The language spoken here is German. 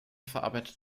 verarbeitet